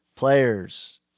players